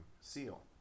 seal